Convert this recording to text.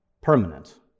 permanent